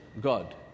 God